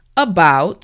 about